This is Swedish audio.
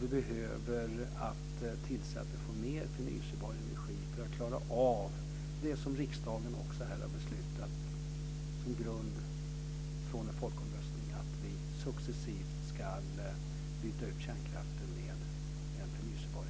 Vi behöver tillse att vi får mer förnybar energi för att klara av det som riksdagen också har beslutat på grundval av en folkomröstning, att vi successivt ska byta ut kärnkraften mot förnybar energi.